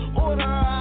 order